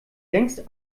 längst